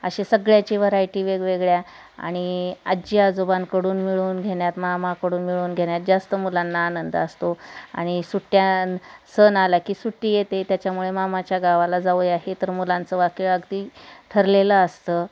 अशी सगळ्याची व्हरायटी वेगवेगळ्या आणि आज्जी आजोबांकडून मिळून घेण्यात मामाकडून मिळून घेण्यात जास्त मुलांना आनंद असतो आणि सुट्ट्या सण आला की सुट्टी येते त्याच्यामुळे मामाच्या गावाला जाऊया हे तर मुलांचं वाक्य अगदी ठरलेलं असतं